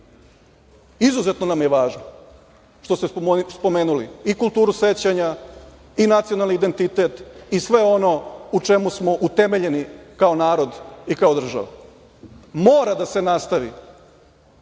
odgovora. Izuzetno nam je važno što ste spomenuli i kulturu sećanja i nacionalni identitet i sve ono u čemu smo utemeljeni kao narod i kao država. Mora da se nastavi